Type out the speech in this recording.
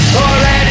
already